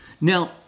Now